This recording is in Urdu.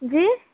جی